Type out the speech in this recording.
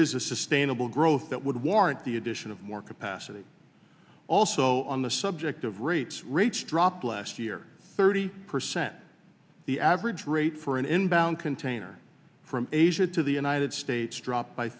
is a sustainable growth that would warrant the addition of more capacity also on the subject of rates rates dropped last year thirty percent the average rate for an inbound container from asia to the united states drop